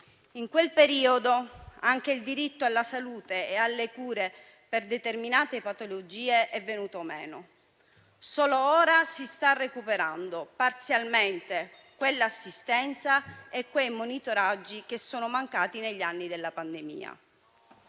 In quel periodo anche il diritto alla salute e alle cure per determinate patologie è venuto meno. Solo ora si stanno recuperando parzialmente quell'assistenza e quei monitoraggi che sono mancati negli anni della pandemia.